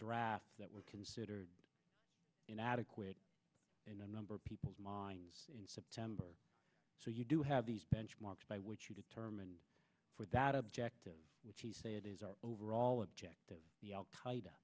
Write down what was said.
draft that were considered inadequate in a number of people's minds in september so you do have these benchmarks by which you determine for that objective which he said is our overall objective